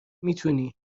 میتونی